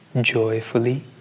joyfully